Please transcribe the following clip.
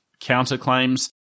counterclaims